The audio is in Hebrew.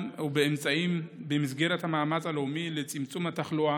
ובאמצעים במסגרת המאמץ הלאומי לצמצום התחלואה,